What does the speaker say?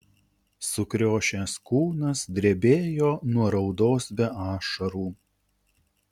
sukriošęs kūnas drebėjo nuo raudos be ašarų